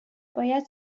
باید